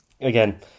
Again